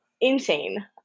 insane